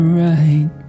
right